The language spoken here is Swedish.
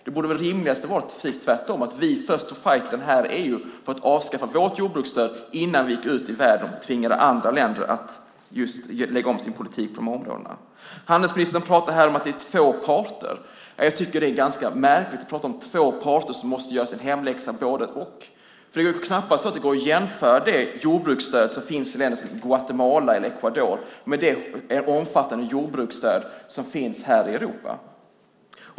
Det rimliga borde vara att vi först tar fajten i EU för att avskaffa vårt jordbruksstöd innan vi går ut i världen och tvingar andra länder att lägga om sin politik på de här områdena. Handelsministern pratar om att det är två parter. Jag tycker att det är märkligt att prata om två parter som måste göra sin hemläxa. Det går ju knappast att jämföra det jordbruksstöd som finns i länder som Guatemala eller Ecuador med det omfattande jordbruksstöd som finns i Europa.